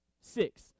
Six